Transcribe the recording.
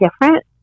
different